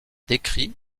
décrit